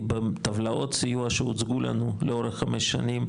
כי בטבלאות סיוע שהוצגו לנו לאורך 5 שנים,